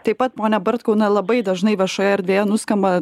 taip pat pone bartkau na labai dažnai viešoje erdvėje nuskamba